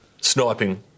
sniping